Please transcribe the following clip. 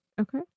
Okay